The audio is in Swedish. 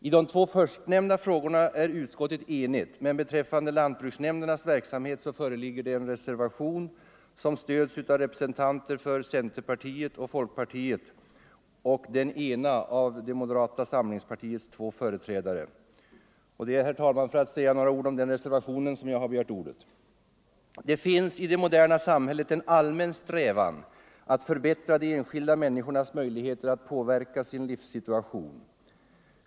I de två sistnämnda frågorna är utskottet enigt, men beträffande lantbruksnämndernas verksamhet föreligger en reservation, som stöds av representanterna för centerpartiet och folkpartiet och av den ena av moderata samlingspartiets två företrädare. Det är, herr talman, för att säga några ord om den reservationen som jag har begärt ordet. Det finns i det moderna samhället en allmän strävan efter att förbättra de enskilda människornas möjligheter att påverka sin egen situation.